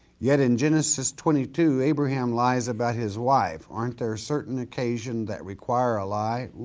yet in genesis twenty two, abraham lies about his wife, aren't there certain occasions that require a lie.